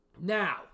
now